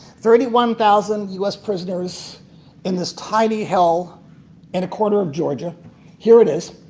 thirty one thousand u s. prisoners in this tiny hell in a corner of georgia here it is.